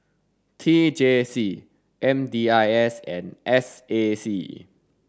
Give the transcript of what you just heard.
T J C M D I S and S A C